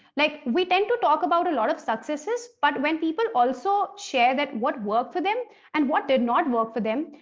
like we tend to talk about a lot of successes, but when people also share that what worked for them and what did not work for them,